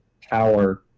power